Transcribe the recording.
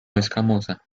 escamosa